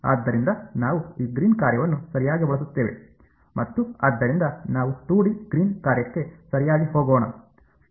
ಆದ್ದರಿಂದ ನಾವು ಈ ಗ್ರೀನ್ನ ಕಾರ್ಯವನ್ನು ಸರಿಯಾಗಿ ಬಳಸುತ್ತೇವೆ ಮತ್ತು ಆದ್ದರಿಂದ ನಾವು 2ಡಿ ಗ್ರೀನ್ನ ಕಾರ್ಯಕ್ಕೆ ಸರಿಯಾಗಿ ಹೋಗೋಣ